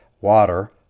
water